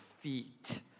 feet